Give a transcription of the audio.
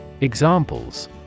Examples